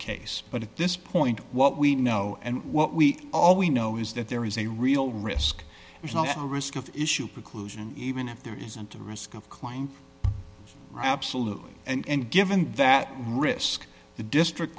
case but at this point what we know and what we all we know is that there is a real risk there's not a risk of issue preclusion even if there isn't a risk of cline absolutely and given that risk the district